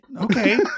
Okay